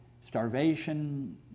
starvation